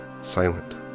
silent